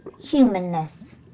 humanness